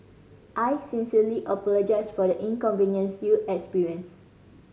I sincerely apologise for the inconvenience you experienced